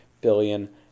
billion